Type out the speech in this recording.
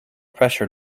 pressure